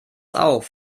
auf